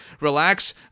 relax